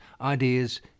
ideas